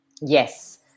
Yes